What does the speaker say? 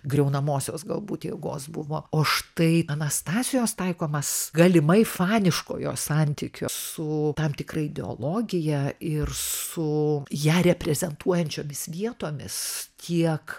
griaunamosios galbūt jėgos buvo o štai anastasijos taikomas galimai faniškojo santykio su tam tikra ideologija ir su ją reprezentuojančiomis vietomis tiek